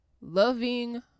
loving